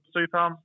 Super